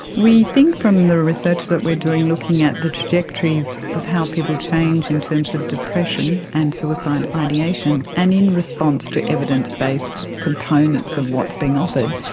we think from the research that we're doing looking at the trajectories of how people change in terms of depression and suicide ideation and in response to evidence-based components of being offered,